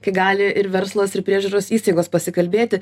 kai gali ir verslas ir priežiūros įstaigos pasikalbėti